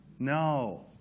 No